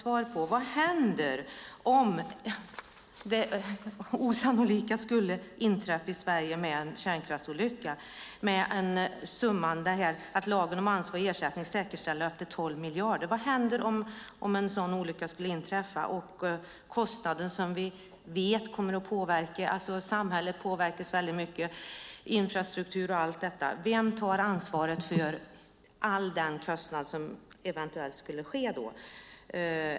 Vad händer om det osannolika skulle inträffa i Sverige med en kärnkraftsolycka, det vill säga att lagen om ansvar och ersättning säkerställer att det är fråga om 12 miljarder? Vad händer om en sådan olycka skulle inträffa? Vi vet att samhället, infrastruktur och så vidare påverkas mycket. Vem tar ansvaret för de kostnader som eventuellt uppstår då?